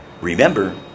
remember